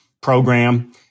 program